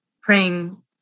praying